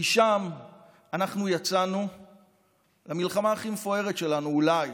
משם יצאנו למלחמה הכי מפוארת שלנו אולי